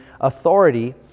authority